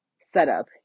setup